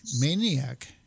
Maniac